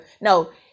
no